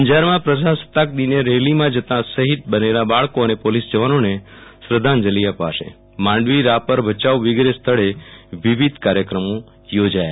અંજારમાં પ્રજાસત્તાક દિને રેલીમાં જતા શહિદ બનેલા બાળકો અને પોલીસ જવાનોને શ્રધ્ધાંજલી અપાશેમાંડવીરાપર ભયાઉ વિગેરે સ્થળે વિવિ કાર્યક્રમો યોજાશે